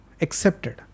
accepted